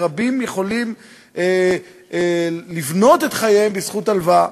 ורבים יכולים לבנות את חייהם בזכות הלוואה.